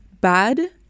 bad